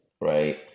right